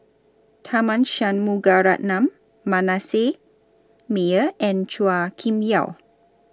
Tharman Shanmugaratnam Manasseh Meyer and Chua Kim Yeow